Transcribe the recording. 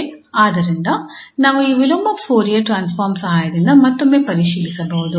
ಆದ್ದರಿಂದ ನಾವು ಈ ವಿಲೋಮ ಫೋರಿಯರ್ ಟ್ರಾನ್ಸ್ಫಾರ್ಮ್ ಸಹಾಯದಿಂದ ಮತ್ತೊಮ್ಮೆ ಪರಿಶೀಲಿಸಬಹುದು